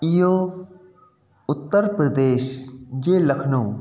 इहो उत्तर प्रदेश जे लखनऊ